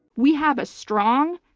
we have a strong,